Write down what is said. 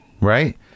Right